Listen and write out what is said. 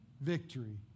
victory